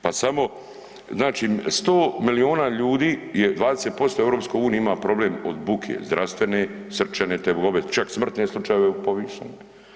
Pa samo, znači 100 milijuna ljudi je 20% u EU ima problem od buke zdravstvene, srčane tegobe, čak smrtne slučajeve povišene.